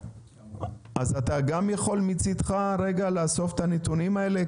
אז אתה יכול מצידך רגע לאסוף את הנתונים האלה,